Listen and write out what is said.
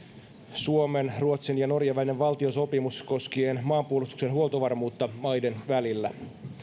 suomen ruotsin ja norjan välinen valtiosopimus koskien maanpuolustuksen huoltovarmuutta maiden välillä